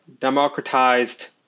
democratized